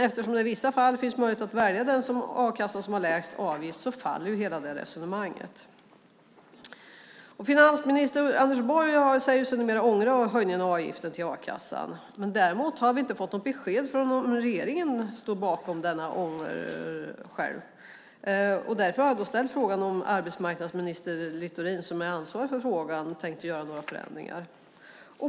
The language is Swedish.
Eftersom det i vissa fall finns möjlighet att välja den a-kassa som har lägst avgift faller hela det resonemanget. Finansminister Anders Borg säger sig numera ångra höjningen av avgiften till a-kassan. Däremot har vi inte fått något besked om regeringen står bakom detta. Därför har jag ställt en fråga till arbetsmarknadsminister Sven Otto Littorin, som är ansvarig för frågan, om han tänkt göra några förändringar.